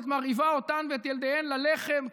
את מרעיבה אותן ואת ילדיהן ללחם,